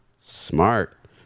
smart